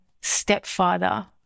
stepfather